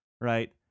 Right